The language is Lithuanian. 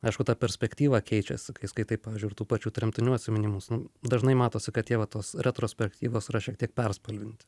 aišku ta perspektyva keičiasi kai skaitai pavyzdžiui ir tų pačių tremtinių atsiminimus nu dažnai matosi kad tie va tos retrospektyvos yra šiek tiek perspalvinti